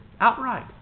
outright